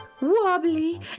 wobbly